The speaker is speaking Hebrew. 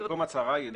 במקום הצהרה, יידוע.